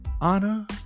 honor